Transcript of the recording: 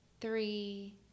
three